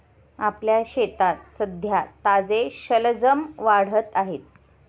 आपल्या शेतात सध्या ताजे शलजम वाढत आहेत